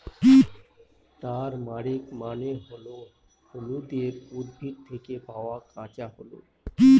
turmeric মানে হল হলুদের উদ্ভিদ থেকে পাওয়া কাঁচা হলুদ